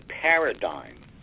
paradigm